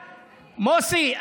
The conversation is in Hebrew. מוסי,